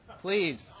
Please